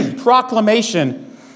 proclamation